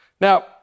Now